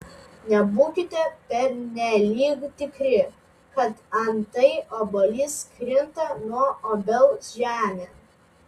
nebūkite pernelyg tikri kad antai obuolys krinta nuo obels žemėn